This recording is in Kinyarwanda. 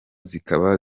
zikaba